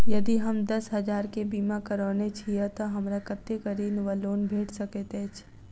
यदि हम दस हजार केँ बीमा करौने छीयै तऽ हमरा कत्तेक ऋण वा लोन भेट सकैत अछि?